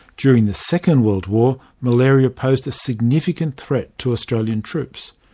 during the second world war, malaria posed a significant threat to australian troops.